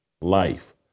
life